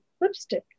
lipstick